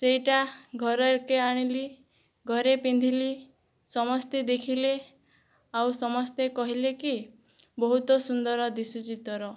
ସେଇଟା ଘରକୁ ଆଣିଲି ଘରେ ପିନ୍ଧିଲି ସମସ୍ତେ ଦେଖିଲେ ଆଉ ସମସ୍ତେ କହିଲେକି ବହୁତ ସୁନ୍ଦର ଦିଶୁଚି ତୋର